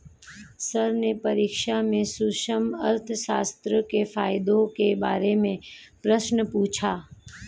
sir ने परीक्षा में सूक्ष्म अर्थशास्त्र के फायदों के बारे में प्रश्न पूछा